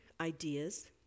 ideas